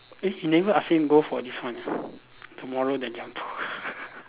eh he never ask him go for this one tomorrow the Jumbo